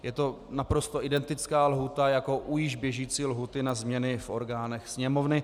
Je to naprosto identická lhůta jako u již běžící lhůty na změny v orgánech Sněmovny.